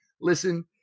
listen